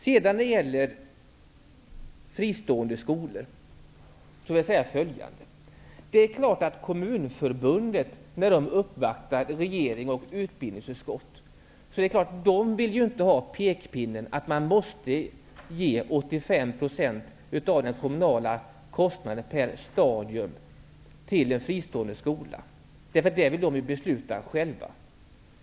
När det gäller fristående skolor vill jag säga följande. Det är klart att Kommunförbundet, som uppvaktade regeringen och utbildningsutskottet, inte vill ha pekpinnen att man måste ge 85 % av den kommunala kostnaden per stadium till en fristående skola, för det vill kommunerna besluta själva.